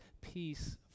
peace